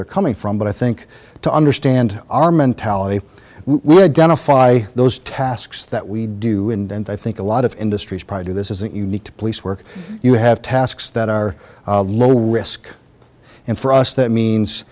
they're coming from but i think to understand our mentality if we had done a fly those tasks that we do and i think a lot of industries prior to this isn't unique to police work you have tasks that are low risk and for us that means